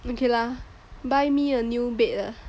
hmm okay lah buy me a new bed lah